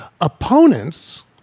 opponents